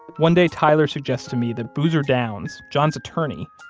one day tyler suggests to me that boozer downs, john's attorney,